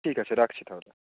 ঠিক আছে রাখছি তাহলে